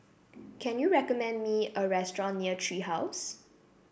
can you recommend me a restaurant near Tree House